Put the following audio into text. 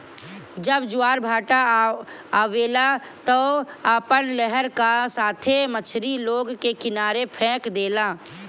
जब ज्वारभाटा आवेला त उ अपना लहर का साथे मछरी लोग के किनारे फेक देला